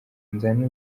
nzane